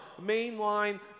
mainline